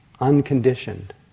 unconditioned